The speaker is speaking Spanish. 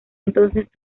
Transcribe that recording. entonces